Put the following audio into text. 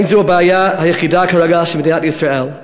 אין זו הבעיה היחידה כרגע של מדינת ישראל,